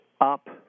up